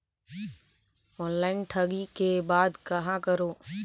Online ठगी के बाद कहां करों?